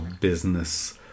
business